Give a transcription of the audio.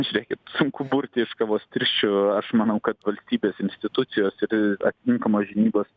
žiūrėkit sunku burti iš kavos tirščių aš manau kad valstybės institucijos ir atitinkamos žinybos